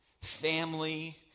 family